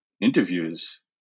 interviews